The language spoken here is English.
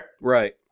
Right